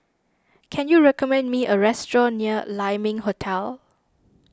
can you recommend me a restaurant near Lai Ming Hotel